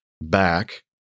back